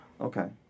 Okay